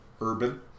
urban